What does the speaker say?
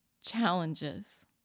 challenges